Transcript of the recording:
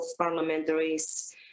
parliamentaries